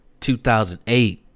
2008